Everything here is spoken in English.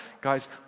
Guys